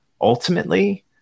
ultimately